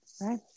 Right